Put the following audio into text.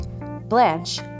Blanche